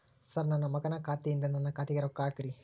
sir ನನ್ನ ಮಗನ ಖಾತೆ ಯಿಂದ ನನ್ನ ಖಾತೆಗ ರೊಕ್ಕಾ ಹಾಕ್ರಿ